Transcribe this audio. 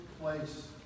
place